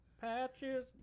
Patches